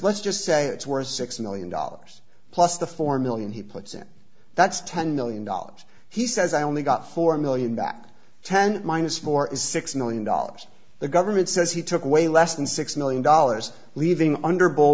let's just say it's worth six million dollars plus the four million he puts in that's ten million he says i only got four million back ten minus four is six million dollars the government says he took away less than six million dollars leaving under b